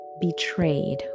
betrayed